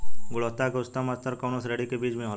गुणवत्ता क उच्चतम स्तर कउना श्रेणी क बीज मे होला?